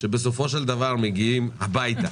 שבסופו של דבר מגיעים הביתה